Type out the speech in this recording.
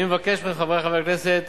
אני מבקש מחברי חברי הכנסת